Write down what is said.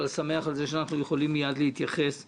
אבל שמח על זה שאנחנו יכולים מייד להתייחס לעניין.